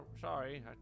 sorry